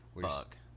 Fuck